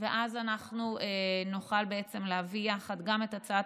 ואז אנחנו נוכל להביא יחד גם את הצעת